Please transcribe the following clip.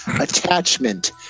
attachment